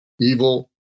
evil